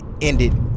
ended